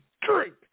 drink